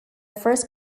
first